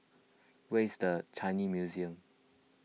where is the Changi Museum